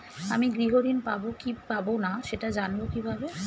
আমি গৃহ ঋণ পাবো কি পাবো না সেটা জানবো কিভাবে?